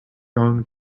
going